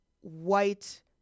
white